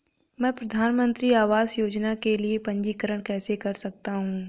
मैं प्रधानमंत्री आवास योजना के लिए पंजीकरण कैसे कर सकता हूं?